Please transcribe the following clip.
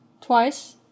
twice